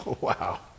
Wow